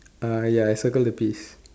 uh ya I circle the peas